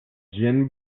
gin